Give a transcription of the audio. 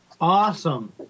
awesome